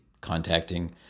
contacting